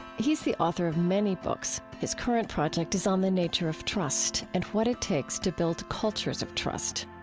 he's the author of many books. his current project is on the nature of trust and what it takes to build cultures of trust.